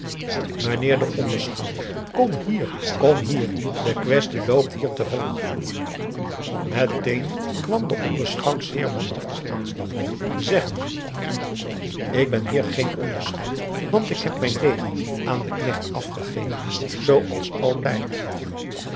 mijnheer de onderschout kom hier kom hier de kwestie loopt hier te hoog met een kwam de onderschout zeer manhaftig aanstappen zeggende ik ben hier geen onderschout want ik heb mijn adriaan loosjes pzn het leven van johannes wouter blommesteyn degen aan den knecht afgegeven zoo als altijd